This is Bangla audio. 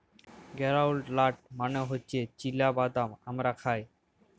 গেরাউলড লাট মালে হছে চিলা বাদাম আমরা খায়